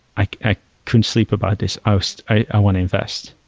i i couldn't sleep about this. ah so i want to invest.